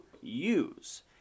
use